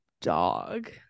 dog